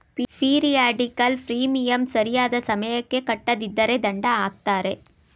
periodical premium ಸರಿಯಾದ ಸಮಯಕ್ಕೆ ಕಟ್ಟದಿದ್ದರೆ ದಂಡ ಹಾಕ್ತರೆ